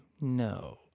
No